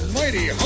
mighty